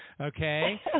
okay